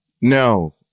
no